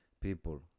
People